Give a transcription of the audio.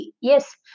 Yes